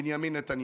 בנימין נתניהו: